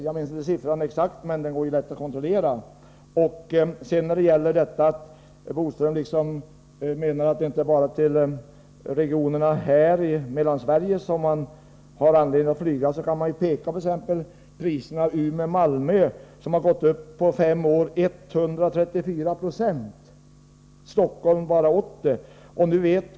Jag minns inte den exakta siffran, men det är lätt att kontrollera. Curt Boström menar att det inte är bara till Mellansverige som man har anledning att flyga. Jag kan då peka på att priserna för sträckan Umeå Malmö på fem år har gått upp med 134 26, medan priserna på sträckan Stockholm-Malmö ökat med bara 80 70.